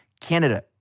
Canada